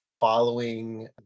following